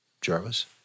Jarvis